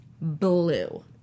blue